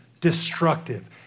destructive